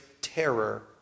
terror